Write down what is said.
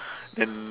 then